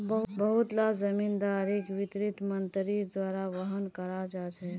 बहुत ला जिम्मेदारिक वित्त मन्त्रीर द्वारा वहन करवा ह छेके